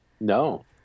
No